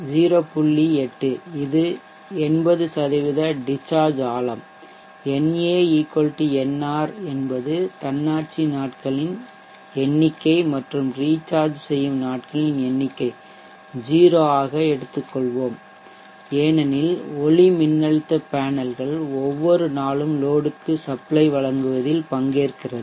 8 இது 80 டிஷ்சார்ஜ் ஆழம் na nr என்பது தன்னாட்சி நாட்களின் எண்ணிக்கை மற்றும் ரீசார்ஜ் செய்யும் நாட்களின் எண்ணிக்கை 0 ஆக எடுத்துக்கொள்வோம் ஏனெனில் ஒளிமின்னழுத்த பேனல்கள் ஒவ்வொரு நாளும் லோடுக்கு சப்ளை வழங்குவதில் பங்கேற்கிறது